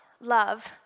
love